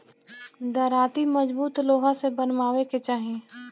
दराँती मजबूत लोहा से बनवावे के चाही